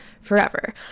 forever